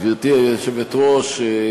גברתי היושבת-ראש,